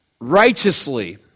righteously